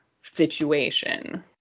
situation